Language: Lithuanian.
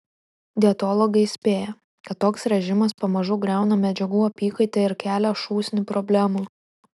dietologai įspėja kad toks režimas pamažu griauna medžiagų apykaitą ir kelią šūsnį problemų